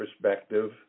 perspective